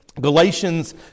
galatians